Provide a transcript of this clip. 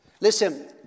Listen